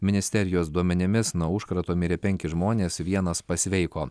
ministerijos duomenimis nuo užkrato mirė penki žmonės vienas pasveiko